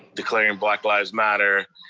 declaring black lives matter.